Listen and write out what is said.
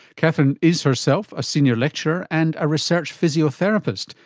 catherine is herself a senior lecturer and a research physiotherapist,